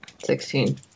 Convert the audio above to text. Sixteen